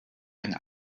eine